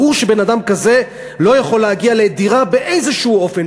ברור שבן-אדם כזה לא יכול להגיע לדירה באיזשהו אופן.